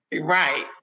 Right